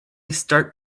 start